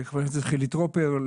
לחבר הכנסת חילי טרופר,